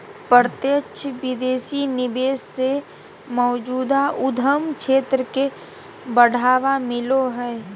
प्रत्यक्ष विदेशी निवेश से मौजूदा उद्यम क्षेत्र के बढ़ावा मिलो हय